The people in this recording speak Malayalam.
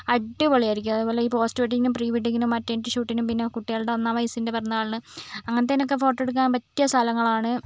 അടിപൊളിയായിരിക്കും അതേപോലെ ഈ പോസ്റ്റ് വെഡ്ഡിംങ്ങും പ്രീ വെഡ്ഡിംഗിനും മറ്റേണിറ്റി ഷൂട്ടിനും പിന്നേ കുട്ടികളുടെ ഒന്നാം വയസിൻറ്റെ പിറന്നാള് അങ്ങനെത്തേതിനൊക്കെ ഫോട്ടോ എടുക്കാൻ പറ്റിയ സ്ഥലങ്ങളാണ്